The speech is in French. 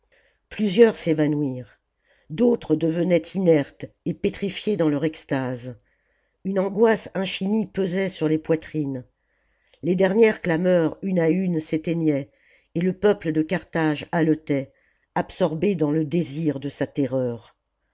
plusieurs s'évanouirent d'autres devenaient inertes et pétrifiés dans leur extase une angoisse infinie pesait sur les poitrines les dernières clameurs une à une s'éteignaient et le peuple de carthage haletait absorbé dans le désir de sa terreur